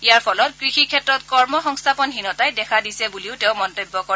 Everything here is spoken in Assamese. ইয়াৰ ফলত কৃষি ক্ষেত্ৰত কৰ্ম সংস্থাপনহীনতাই দেখা দিছে বুলিও তেওঁ মন্তব্য কৰে